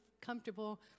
comfortable